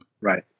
right